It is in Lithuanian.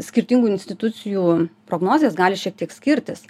skirtingų institucijų prognozės gali šiek tiek skirtis